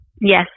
Yes